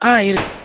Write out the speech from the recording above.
ஆ